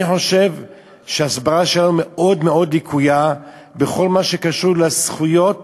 ואני חושב שההסברה שלנו מאוד מאוד לקויה בכל מה שקשור לזכויות